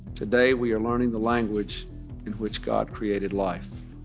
today we are learning the language in which god created life,